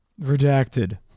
Redacted